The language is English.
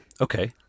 Okay